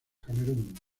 camerún